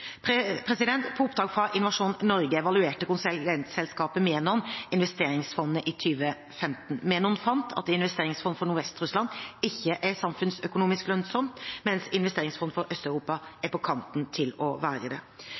På oppdrag fra Innovasjon Norge evaluerte konsulentselskapet Menon investeringsfondene i 2015. Menon fant at Investeringsfond for Nordvest-Russland ikke er samfunnsøkonomisk lønnsomt, mens Investeringsfond for Øst-Europa er på kanten til å være det.